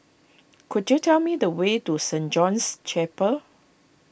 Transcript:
could you tell me the way to Saint John's Chapel